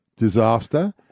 disaster